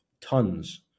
Tons